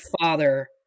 father